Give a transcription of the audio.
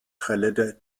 trällert